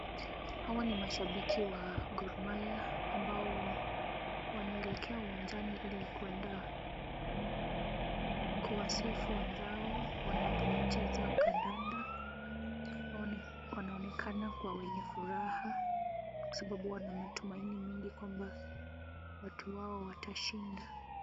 Hawa ni mashabiki wa Gor Mahia ambao wanaelekea uwanjani ili kuenda kuwasifu wenzao wanapocheza kandanda . Wanaonekana wenye furaha kwasababu wana matumaini mengi kwamba watu wao watashinda.